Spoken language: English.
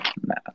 mass